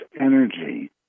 energy